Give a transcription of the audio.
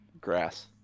grass